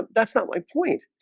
that's not my point